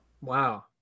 Wow